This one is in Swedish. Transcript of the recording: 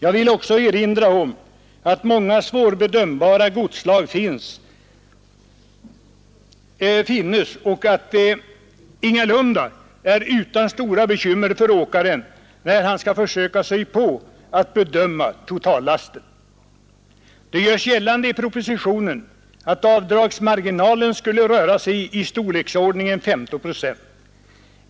Jag vill också erinra om att många svårbedömbara godsslag finnes, och att det ingalunda är utan stora bekymmer för åkaren när han skall försöka sig på att bedöma totallasten. Det görs gällande i propositionen att avdragsmarginalen skulle röra sig om storleksordningen 15 procent.